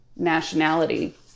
nationality